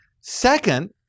Second